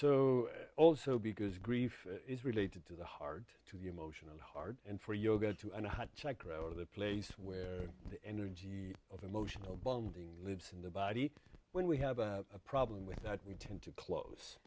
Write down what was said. so also because grief is related to the hard to the emotional heart and for yoga too and i checked out of the place where the energy of emotional bonding lives in the body when we have a problem with that we tend to close